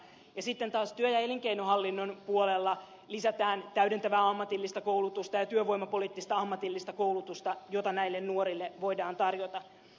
ja sitten taas työ ja elinkeinohallinnon puolella lisätään täydentävää ammatillista koulutusta ja työvoimapoliittista ammatillista koulutusta jota näille nuorille voidaan tarjota